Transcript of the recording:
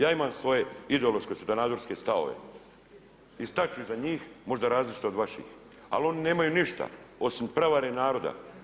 Ja ima svoje ideološke i svjetonazorske stavove i stat ću iza njih, možda različite od vaših, ali oni nemaju ništa osim prevare naroda.